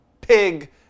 pig